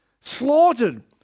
slaughtered